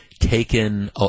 taken